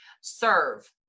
Serve